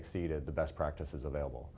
exceeded the best practices available